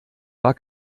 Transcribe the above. war